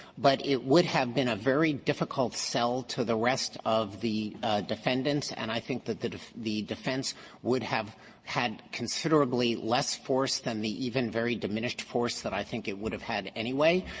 but it would have been a very difficult sell to the rest of the defendants, and i think that the the defense would have had considerably less force than the even very diminished force i think it would have had any way.